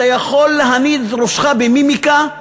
אתה יכול להניד ראשך במימיקה,